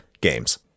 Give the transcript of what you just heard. games